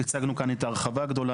הצגנו כאן את ההרחבה הגדולה,